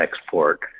export